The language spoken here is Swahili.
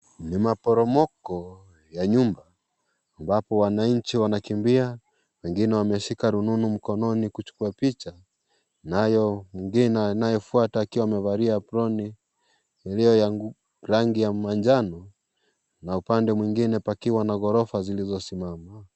Ni maporomoko ya nyumba, ambapo wanainchi wanakimbia, wengine wameshika rununu mkononi kuchukua picha. Nayo mwingine anayofuatwa ,akiwa amevalia aproni, iliyo nguo, rangi ya manjano na upande mwingine pakiwa na gorofa zilizosimama.